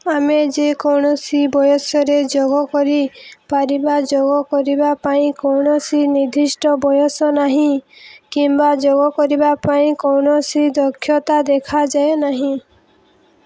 ଆମେ ଯେକୌଣସି ବୟସରେ ଯୋଗ କରିପାରିବା ଯୋଗ କରିବା ପାଇଁ କୌଣସି ନିର୍ଦ୍ଦିଷ୍ଟ ବୟସ ନାହିଁ କିମ୍ବା ଯୋଗ କରିବା ପାଇଁ କୌଣସି ଦକ୍ଷତା ଦେଖାଯାଏ ନାହିଁ